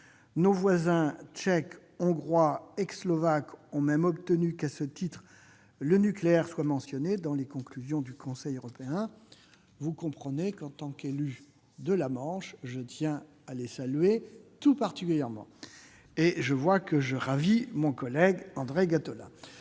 Nos voisins tchèques, hongrois et slovaques ont même obtenu qu'à ce titre le nucléaire soit mentionné dans les conclusions du Conseil européen. En tant qu'élu de la Manche, je tiens à les saluer tout particulièrement. Je vois que je fais plaisir à mon collègue André Gattolin